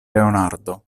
leonardo